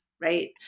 right